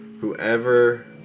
Whoever